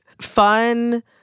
fun